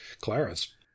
clarence